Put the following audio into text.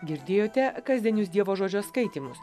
girdėjote kasdienius dievo žodžio skaitymus